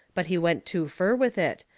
but he went too fur with it,